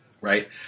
right